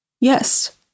Yes